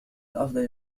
الأفضل